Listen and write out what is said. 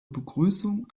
begrüßung